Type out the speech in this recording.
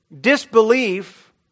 disbelief